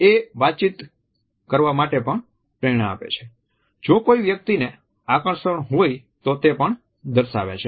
એ વાતચીત કરવા માટે પણ પ્રેરણા આપે છે જો કોઈ વ્યક્તિને આકર્ષણ હોય તો તે પણ દર્શાવે છે